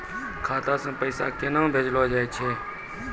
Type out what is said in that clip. खाता से पैसा केना भेजलो जाय छै?